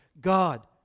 God